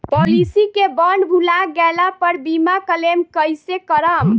Policy के bond भुला गैला पर बीमा क्लेम कईसे करम?